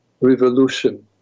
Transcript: revolution